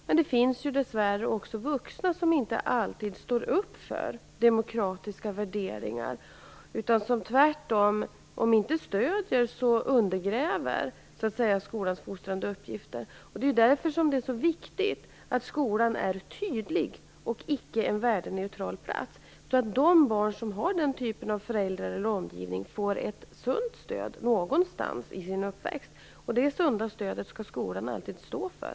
Men dessvärre finns det också vuxna som inte alltid står upp för demokratiska värderingar. De stödjer inte, utan undergräver tvärtom skolans fostrande uppgifter. Just därför är det så viktigt att skolan är tydlig, och icke en värdeneutral plats. De barn som har denna typ av föräldrar eller omgivning måste få ett sunt stöd någonstans i sin uppväxt. Det sunda stödet skall skolan alltid stå för.